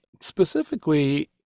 specifically